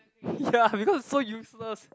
ya because it's so useless